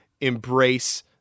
embrace